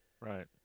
Right